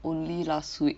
only last week